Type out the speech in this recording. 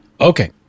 Okay